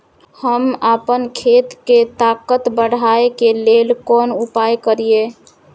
हम आपन खेत के ताकत बढ़ाय के लेल कोन उपाय करिए?